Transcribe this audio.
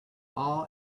all